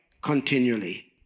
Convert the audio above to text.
continually